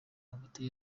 hagati